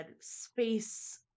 space